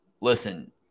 listen